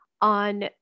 on